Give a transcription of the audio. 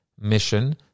mission